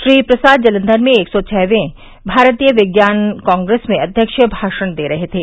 श्री प्रसाद जलंधर में एक सौ छवें भारतीय विज्ञान कांग्रेस में अध्यक्षीय भाषण दे रहे थे